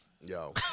Yo